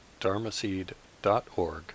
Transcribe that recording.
dharmaseed.org